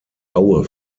aue